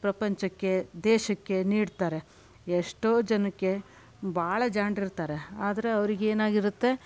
ಪ್ರಪಂಚಕ್ಕೆ ದೇಶಕ್ಕೆ ನೀಡ್ತಾರೆ ಎಷ್ಟೋ ಜನಕ್ಕೆ ಭಾಳ ಜಾಣರಿರ್ತಾರೆ ಆದರೆ ಅವರಿಗೆ ಏನಾಗಿರತ್ತೆ